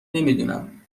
نمیدونم